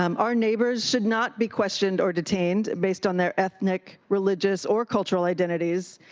um our neighbors should not be questioned or detained based on their ethnic, religious, or cultural identities.